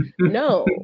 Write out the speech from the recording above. no